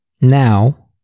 Now